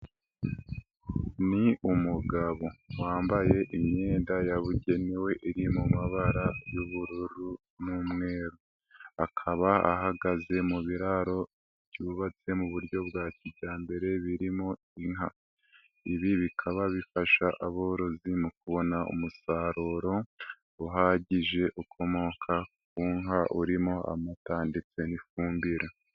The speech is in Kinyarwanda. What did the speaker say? Ni umugabo, wambaye imyenda yabugenewe iri mu mabara y'ubururu n'umweru, akaba ahagaze mu biraro byubatse mu buryo bwa kijyambere birimo inka, ibi bikaba bifasha aborozi mu kubona umusaruro uhagije, ukomoka ku nka urimo amata ndetse n'ifumbire.